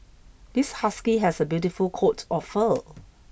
this husky has a beautiful coat of fur